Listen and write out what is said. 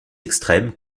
extrêmes